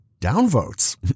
downvotes